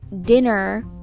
dinner